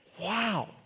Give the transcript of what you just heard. Wow